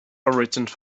origins